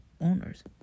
owners